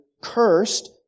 cursed